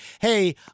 hey